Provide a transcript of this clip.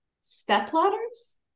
Stepladders